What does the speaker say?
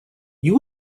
you